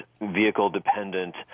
vehicle-dependent